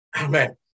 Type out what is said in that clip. Amen